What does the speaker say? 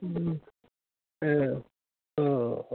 ए अ औ